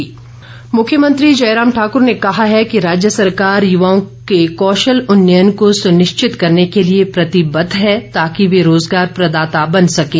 भेंट मुख्यमंत्री जयराम ठाक्र ने कहा है कि राज्य सरकार युवाओं के कौशल उन्नयन को सुनिश्चित करने के लिए प्रतिबद्ध है ताकि वे रोजगार प्रदाता बन सकें